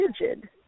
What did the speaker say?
rigid